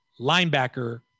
linebacker